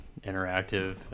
interactive